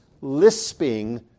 lisping